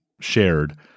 shared